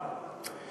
תעיר את האולם.